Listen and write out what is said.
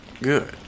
Good